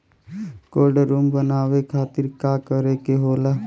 Cold room बनावे खातिर का करे के होला?